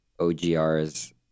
OGR's